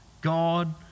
God